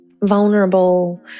vulnerable